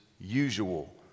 usual